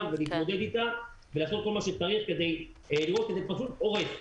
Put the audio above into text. ולהתמודד אתה ולעשות כל מה שצריך כי זה פשוט הורס.